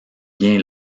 bien